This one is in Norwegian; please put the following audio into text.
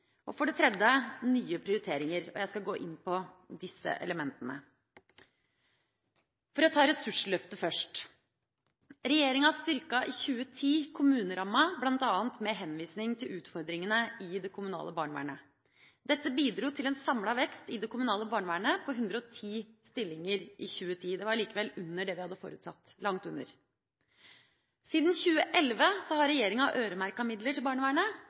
og for det tredje nye prioriteringer. Jeg skal gå inn på disse elementene. For å ta ressursløftet først. Regjeringa styrket i 2010 kommunerammen bl.a. med henvisning til utfordringene i det kommunale barnevernet. Dette bidro til en samlet vekst i det kommunale barnevernet på 110 stillinger i 2010. Det var likevel langt under det vi hadde forutsatt. Siden 2011 har regjeringa øremerket midler til barnevernet.